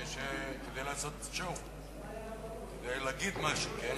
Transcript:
זה כדי לעשות shaw, כדי להגיד משהו.